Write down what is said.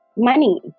Money